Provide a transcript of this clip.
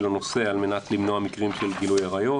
לנושא על מנת למנוע מקרים של גילוי עריות.